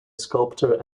sculptor